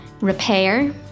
repair